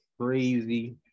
crazy